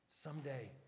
Someday